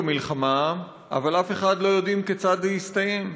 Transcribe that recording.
במלחמה אבל אף אחד לא יודע כיצד זה יסתיים.